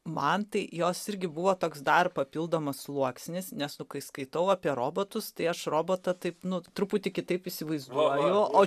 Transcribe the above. man tai jos irgi buvo toks dar papildomas sluoksnis nes nu kai skaitau apie robotus tai aš robotą taip nu truputį kitaip įsivaizduoju o